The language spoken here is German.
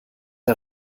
der